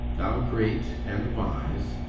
thou great, and wise,